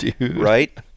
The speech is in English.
right